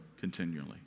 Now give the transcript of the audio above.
continually